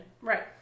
Right